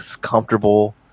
comfortable